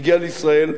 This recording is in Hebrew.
והגיעה לישראל,